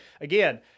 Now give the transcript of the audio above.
again—